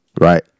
right